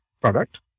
product